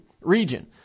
region